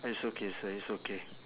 it's okay sir it's okay